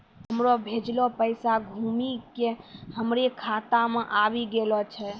हमरो भेजलो पैसा घुमि के हमरे खाता मे आबि गेलो छै